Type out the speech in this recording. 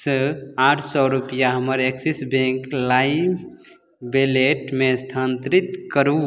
सँ आठ सओ रुपैआ हमर एक्सिस बैँक लाइम वैलेटमे स्थानान्तरित करू